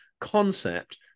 concept